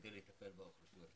כדי לטפל באוכלוסיות האלה.